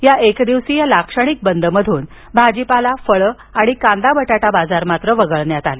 या एकदिवसीय लाक्षणिक बंदमधून भाजीपाला आणि फळं आणि कांदा बटाटा बाजार मात्र वगळण्यात आले